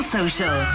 Social